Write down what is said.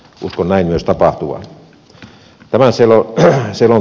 uskon näin myös tapahtuvan